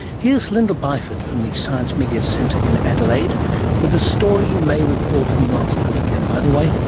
here is lyndal byford from the science media centre in adelaide with a story you may recall from last week. and, by the way,